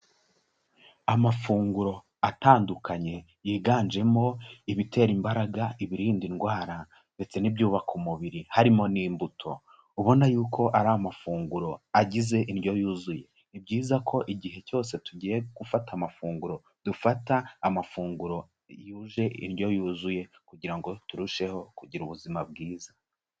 Amafunguro atandukanye yiganjemo ibitera imbaraga, ibirinda indwara ndetse n'ibyubaka umubiri harimo n'imbuto, ubona yuko ari amafunguro agize indyo yuzuye. Ni byiza ko igihe cyose tugiye gufata amafunguro dufata amafunguro yuje indyo yuzuye kugira ngo turusheho kugira ubuzima bwiza.